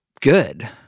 good